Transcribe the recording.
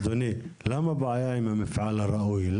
אדוני, למה בעיה עם המפעל הראוי?